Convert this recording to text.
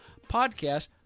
podcast